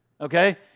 okay